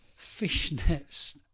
fishnets